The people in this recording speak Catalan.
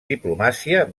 diplomàcia